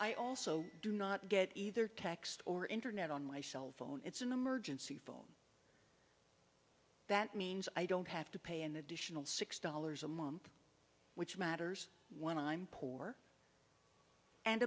i also do not get either text or internet on my cell phone it's an emergency phone that means i don't have to pay an additional six dollars a month which matters when i'm poor and